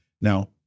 Now